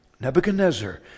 Nebuchadnezzar